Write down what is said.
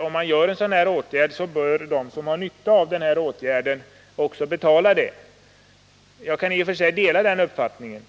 om en sådan här åtgärd vidtas, så bör de som har nytta av den också betala för den. Jag kan i och för sig dela den uppfattningen.